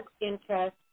interest